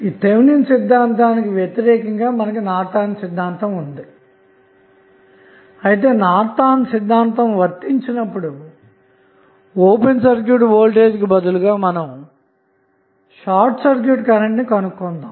Thevenin సిదంతానికి వ్యతిరేకంగా మనకు నార్టన్ సిద్ధాంతం ఉంది అయితే నార్టన్ సిద్ధాంతం వర్తించినప్పుడు ఓపెన్ సర్క్యూట్ వోల్టేజ్కు బదులుగా మనం షార్ట్ సర్క్యూట్ కరెంట్ను కనుగొంటాము